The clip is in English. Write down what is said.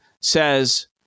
says